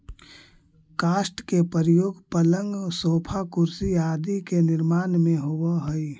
काष्ठ के प्रयोग पलंग, सोफा, कुर्सी आदि के निर्माण में होवऽ हई